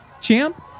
champ